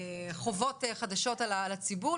שמחילים חובות חדשות על הציבור,